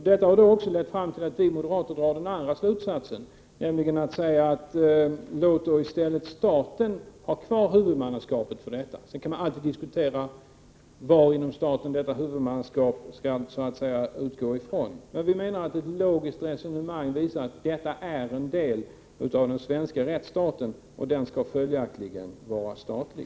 Det har lett oss moderater fram till den andra slutsatsen: Låt i stället staten ha kvar huvudmannaskapet. Sedan kan man ju diskutera varifrån i staten detta huvudmannaskap skall utgå. Vi menar att ett logiskt resonemang visar att denna verksamhet är en del av den svenska rättsstaten och följaktligen skall vara statlig.